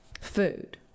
Food